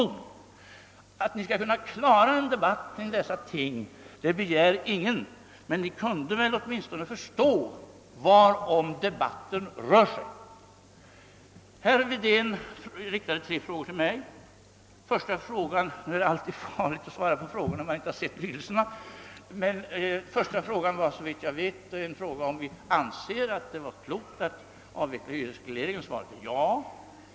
Ingen begär att ni skall kunna klara en debatt i dessa frågor, men ni kunde väl åtminstone försöka förstå varom debatten rör sig. Herr Wedén riktade tre frågor till mig. Det är alltid farligt att svara på frågor när man inte har sett lydelserna, men den första frågan gällde såvitt jag minns, om vi anser att det är klokt att avveckla hyresregleringen. Svaret är ja.